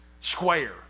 square